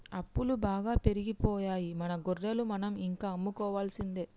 అప్పులు బాగా పెరిగిపోయాయి మన గొర్రెలు మనం ఇంకా అమ్ముకోవాల్సిందే